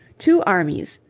two armies,